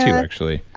actually